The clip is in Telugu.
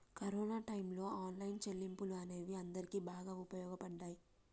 కరోనా టైయ్యంలో ఆన్లైన్ చెల్లింపులు అనేవి అందరికీ బాగా వుపయోగపడ్డయ్యి